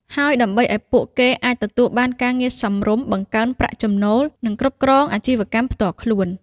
ហើយដើម្បីឱ្យពួកគេអាចទទួលបានការងារសមរម្យ បង្កើនប្រាក់ចំណូល និងគ្រប់គ្រងអាជីវកម្មផ្ទាល់ខ្លួន។